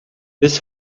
this